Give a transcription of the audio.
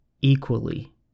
equally